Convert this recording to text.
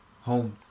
Home